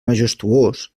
majestuós